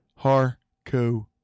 Harco